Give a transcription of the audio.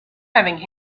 having